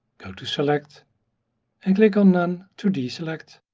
go to select and click on none, to deselect.